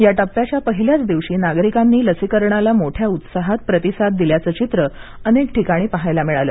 या टप्प्याच्या पहिल्याच दिवशी नागरिकांनी लसीकरणाला मोठ्या उत्साहात प्रतिसाद दिल्याचं चित्र अनेक ठिकाणी पाहायला मिळालं